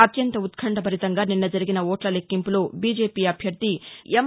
అత్యంత ఉత్కంఠ భరితంగా నిన్న జరిగిన ఓట్ల లెక్కింపులో బీజేపీ అభ్యర్ధి ఎం